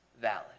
valid